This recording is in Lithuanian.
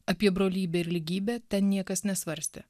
apie brolybę ir lygybę ten niekas nesvarstė